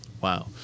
Wow